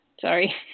Sorry